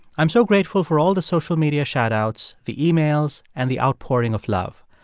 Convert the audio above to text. i'm so grateful for all the social media shout outs, the emails and the outpouring of love.